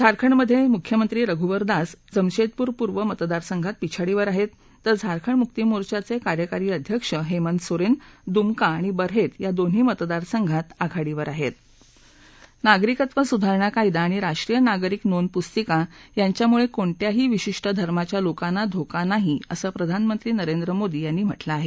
झारखंडमध क्विख्यमंत्री रघुवर दास जमशद्विर पूर्व मतदारसंघात पिछाडीवर आहा तेर झारखंड मुक्ती मोर्चाचक्रार्यकारी अध्यक्ष हेमत सोरत्तदुमका आणि बरहत्तया दोन्ही मतदारसंघात आघाडीवर आहरी नागरिकत्व सुधारणा कायदा आणि राष्ट्रीय नागरीक नोंद पुस्तिका यांच्यामुळे कोणत्याही विशिष्ट धर्माच्या लोकांना धोका नाही असं प्रधानमंत्री नरेंद्र मोदी यांनी म्हटलं आहे